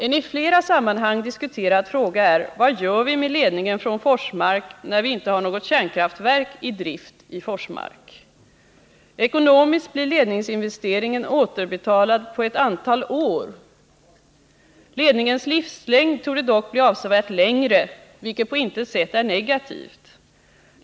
En i flera sammanhang diskuterad fråga är: Vad gör vi med ledningen från Forsmark när vi inte längre har något kärnkraftverk i drift i Forsmark? Ekonomiskt blir ledningsinvesteringen återbetalad på ett antal år. Ledningens livslängd torde dock bli avsevärt längre, vilket på intet sätt är negativt.